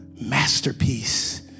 masterpiece